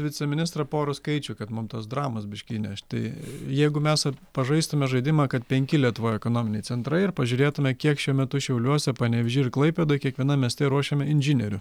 viceministrą porų skaičių kad mum tos dramos biškį įnešti jeigu mes pažaistume žaidimą kad penki lietuvoj ekonominiai centrai ir pažiūrėtume kiek šiuo metu šiauliuose panevėžy ir klaipėdoj kiekvienam mieste ruošiama inžinierių